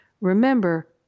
Remember